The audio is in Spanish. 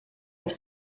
los